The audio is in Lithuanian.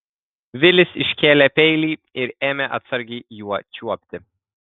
vilis iškėlė peilį ir ėmė atsargiai juo čiuopti